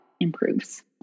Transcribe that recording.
improves